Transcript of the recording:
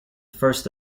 first